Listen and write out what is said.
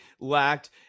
lacked